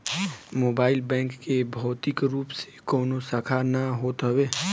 mobile bank के भौतिक रूप से कवनो शाखा ना होत हवे